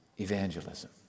evangelism